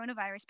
coronavirus